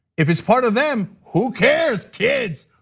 if it's part of them, who cares, kids,